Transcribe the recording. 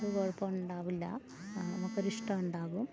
കുഴപ്പമുണ്ടാകില്ല നമുക്കൊരിഷ്ടമുണ്ടാകും